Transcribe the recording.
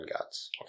gods